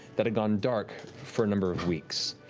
that had gone dark for a number of weeks.